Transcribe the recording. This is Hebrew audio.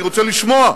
אני רוצה לשמוע.